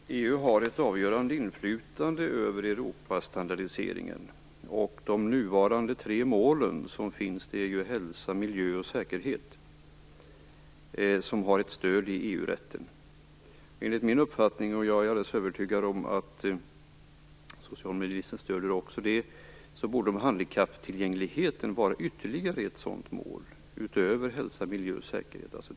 Fru talman! EU har ett avgörande inflytande över Europastandardiseringen, och de nuvarande tre målen, som har stöd i EU-rätten, är hälsa, miljö och säkerhet. Enligt min uppfattning - och jag är alldeles övertygad om att socialministern stöder den - borde tillgänglighet för handikappade vara ytterligare ett sådant mål, utöver hälsa, miljö och säkerhet.